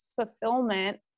fulfillment